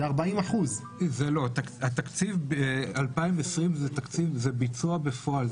זה 40%. התקציב ב-2020 זה ביצוע בפועל,